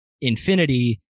infinity